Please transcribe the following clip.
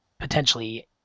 Potentially